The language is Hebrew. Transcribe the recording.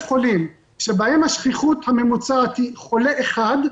חולים שבהם השכיחות הממוצעת היא חולה אחד,